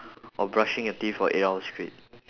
or brushing your teeth for eight hours straight